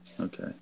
Okay